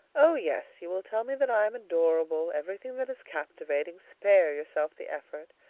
oh, yes! you will tell me that i am adorable everything that is captivating. spare yourself the effort.